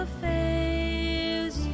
fails